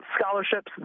scholarships